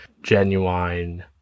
genuine